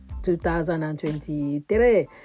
2023